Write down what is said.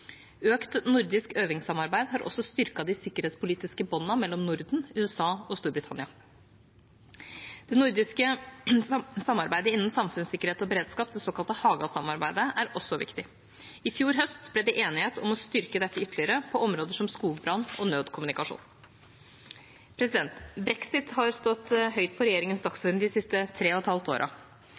Økt nordisk øvingssamarbeid har også styrket de sikkerhetspolitiske båndene mellom Norden, USA og Storbritannia. Det nordiske samarbeidet innen samfunnssikkerhet og beredskap, det såkalte Haga-samarbeidet, er også viktig. I fjor høst ble det enighet om å styrke dette ytterligere, på områder som skogbrann og nødkommunikasjon. Brexit har stått høyt på regjeringas dagsorden de siste tre og et halvt